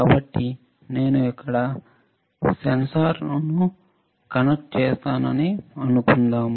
కాబట్టి నేను ఇక్కడ సెన్సార్ను కనెక్ట్ చేస్తానని అనుకుందాం